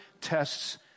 tests